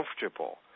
comfortable